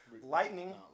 lightning